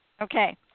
Okay